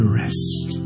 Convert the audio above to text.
rest